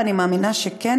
ואני מאמינה שכן,